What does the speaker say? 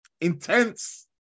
intense